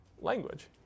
language